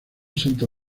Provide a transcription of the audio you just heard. santa